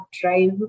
drive